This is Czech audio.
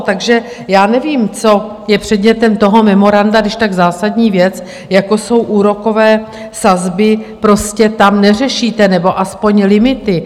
Takže nevím, co je předmětem toho memoranda, když tak zásadní věc, jako jsou úrokové sazby, prostě tam neřešíte, nebo aspoň limity.